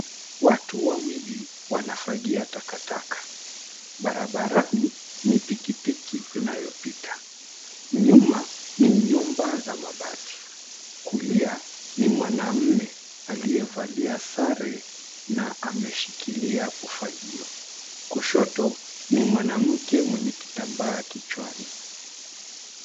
Watu wawili wanafagia takataka. Barabarani, ni pikipiki inayopita. Nyuma, ni nyumba za mabati. Kulia, ni mwanamme aliyevalia sare na ameshikilia ufagio. Kushoto, ni mwanamke mwenye kitambaa kichwani.